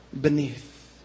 beneath